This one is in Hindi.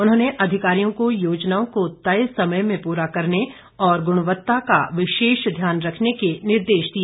उन्होंने अधिकारियों को योजनाओं को तय समय में पूरा करने और गुणवत्ता का विशेष ध्यान रखने के निर्देश दिए